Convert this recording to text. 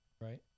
Right